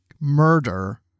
murder